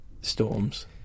storms